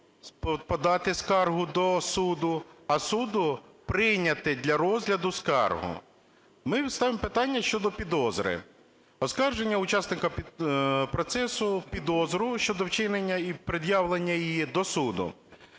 подати скаргу до суду, а суду прийняти для розгляду скаргу. Ми ставимо питання щодо підозри. Оскарження учасника процесу підозру щодо вчинення і пред'явлення її до суду.